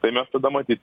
tai mes tada matyt